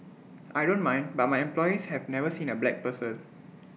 I don't mind but my employees have never seen A black person